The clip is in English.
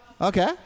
Okay